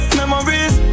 memories